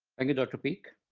and you, dr. peek.